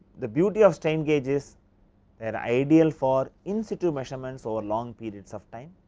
the beauty of strain gauge is where ideal for in situ measurements over long periods of time,